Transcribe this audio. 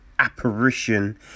Apparition